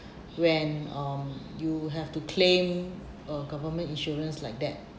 when um you have to claim uh government insurance like that